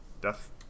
death